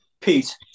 Pete